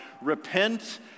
repent